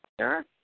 Sure